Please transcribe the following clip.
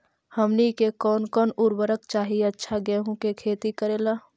हमनी के कौन कौन उर्वरक चाही अच्छा गेंहू के खेती करेला?